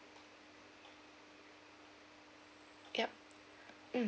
yup mm